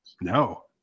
No